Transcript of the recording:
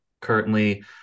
currently